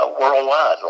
worldwide